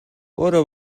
برو